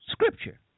scripture